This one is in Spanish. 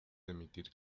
dimitir